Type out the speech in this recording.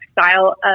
style